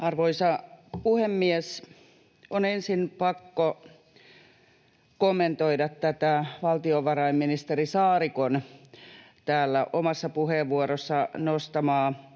Arvoisa puhemies! On ensin pakko kommentoida tätä valtiovarainministeri Saarikon täällä omassa puheenvuorossaan nostamaa